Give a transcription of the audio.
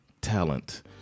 Talent